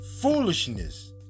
foolishness